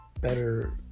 better